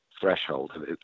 threshold